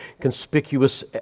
conspicuous